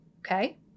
Okay